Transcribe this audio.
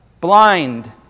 Blind